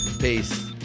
Peace